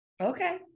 Okay